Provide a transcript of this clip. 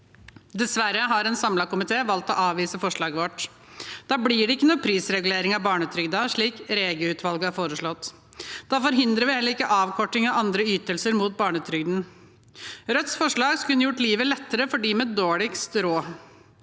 des. – Sakene nr. 5 og 6 1829 valgt å avvise forslaget vårt. Da blir det ikke noen prisregulering av barnetrygden, slik Rege-utvalget har foreslått, og da forhindrer vi heller ikke avkorting av andre ytelser mot barnetrygden. Rødts forslag kunne gjort livet lettere for dem med dårligst råd.